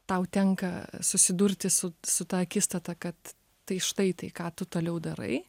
tau tenka susidurti su su ta akistata kad tai štai tai ką tu toliau darai